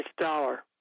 Dollar